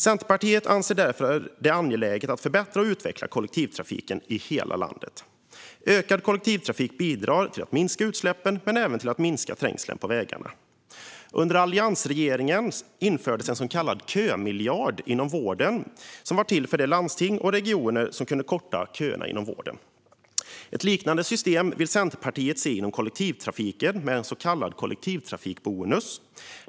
Centerpartiet anser därför att det är angeläget att förbättra och utveckla kollektivtrafiken i hela landet. Ökad kollektivtrafik bidrar till att minska utsläppen men även till att minska trängseln på vägarna. Under alliansregeringens tid infördes en så kallad kömiljard inom vården som var till för de landsting och regioner som kunde korta köerna inom vården. Ett liknande system vill Centerpartiet se inom kollektivtrafiken med en så kallad kollektivtrafikbonus.